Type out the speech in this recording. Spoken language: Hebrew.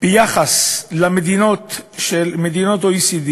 ביחס למדינות ה-OECD.